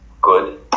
good